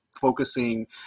focusing